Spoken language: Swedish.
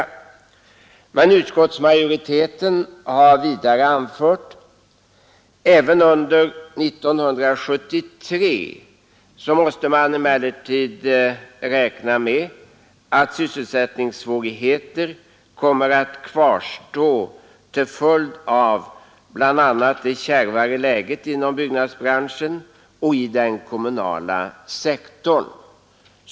Men utskottsmajoriteten har vidare anfört att man även under 1973 måste räkna med att sysselsättningssvårigheter kommer att kvarstå till följd av bl.a. det kärvare läget inom byggnadsbranschen och i den kommunala sektorn.